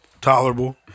tolerable